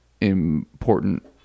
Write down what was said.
important